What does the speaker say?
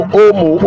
omo